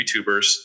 YouTubers